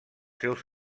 seus